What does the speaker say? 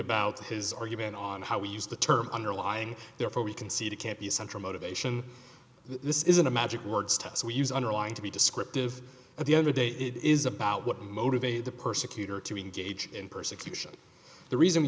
about his argument on how we use the term underlying therefore we concede it can't be a central motivation this isn't a magic words to us we use underlying to be descriptive at the end of day it is about what motivated the persecutor to engage in persecution the reason